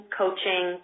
coaching